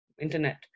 internet